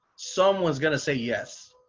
someone's gonna say yes.